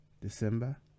December